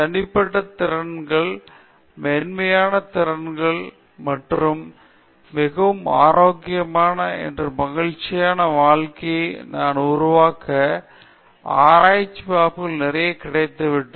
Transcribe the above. தனிப்பட்ட திறன்கள் மென்மையான திறன்கள் மற்றும் மிகவும் ஆரோக்கியமான மற்றும் மகிழ்ச்சியான வாழ்க்கை பாணி உருவாக்க ஆராய்ச்சி வாய்ப்புகள் நிறைய கிடைத்துவிட்டது